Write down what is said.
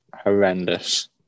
horrendous